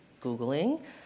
Googling